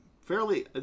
Fairly